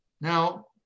Now